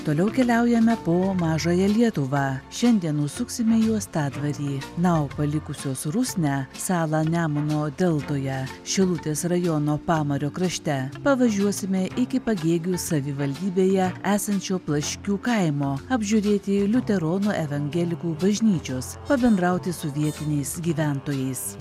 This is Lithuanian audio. toliau keliaujame po mažąją lietuvą šiandien užsuksime į uostadvarį na o palikusios rusnę salą nemuno deltoje šilutės rajono pamario krašte pavažiuosime iki pagėgių savivaldybėje esančio plaškių kaimo apžiūrėti liuteronų evangelikų bažnyčios pabendrauti su vietiniais gyventojais